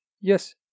Yes